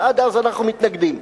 ועד אז אנחנו מתנגדים.